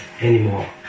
anymore